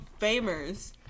Famers